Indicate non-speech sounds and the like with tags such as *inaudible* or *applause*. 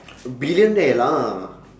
*noise* billionaire lah